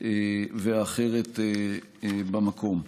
והאחרת במקום.